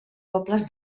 pobles